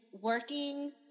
working